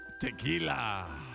Tequila